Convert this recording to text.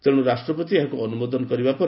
ତେଣୁ ରାଷ୍ଟ୍ରପତି ଏହାକୁ ଅନୁମୋଦନ କରିଛନ୍ତି